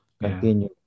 continue